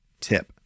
tip